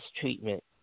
treatment